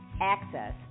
access